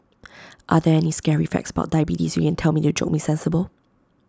are there any scary facts about diabetes you can tell me to jolt me sensible